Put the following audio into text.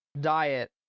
diet